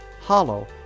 hollow